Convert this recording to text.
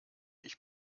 ich